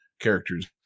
characters